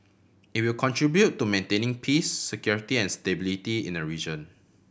it will contribute to maintaining peace security and stability in the region